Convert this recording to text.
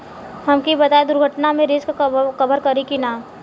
हमके ई बताईं दुर्घटना में रिस्क कभर करी कि ना?